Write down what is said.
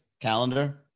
calendar